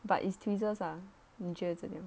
but it's tweezers ah 你觉得怎样